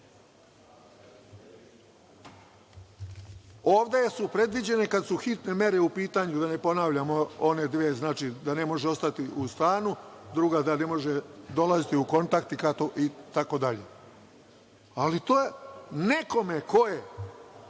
su predviđene, kad su hitne mere u pitanju, da ne ponavljam one dve, znači, da ne može ostati u stanu, druga da ne može dolaziti u kontakt itd. Nekome ko je